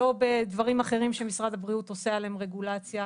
לא בדברים אחרים שמשרד הבריאות עושה עליהם רגולציה,